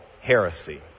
heresy